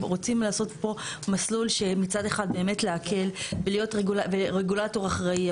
רוצים לעשות פה מסלול שמצד אחד באמת להקל ולהיות רגולטור אחראי.